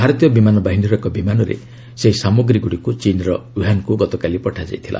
ଭାରତୀୟ ବିମାନ ବାହିନୀର ଏକ ବିମାନରେ ସେହି ସାମଗ୍ରୀଗୁଡ଼ିକୁ ଚୀନ୍ର ଓ୍ୱହାନକୁ ଗତକାଲି ପଠାଯାଇଥିଲା